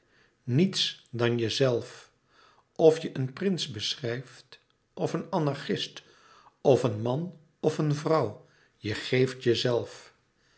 niets dan jezelf of je een prins beschrijft of een anarchist of een man of een vrouw je geeft jezelf